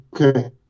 Okay